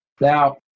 Now